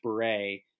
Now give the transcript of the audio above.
beret